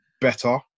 better